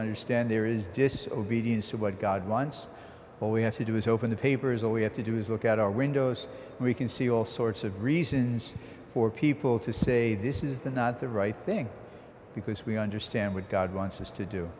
understand there is disobedience to what god wants what we have to do is open the papers all we have to do is look out our windows we can see all sorts of reasons for people to say this is the not the right thing because we understand what god wants us to do